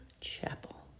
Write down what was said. chapel